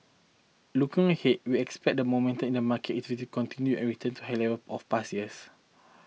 looking ahead we expect the momentum in the market is to continue and return to high level of past years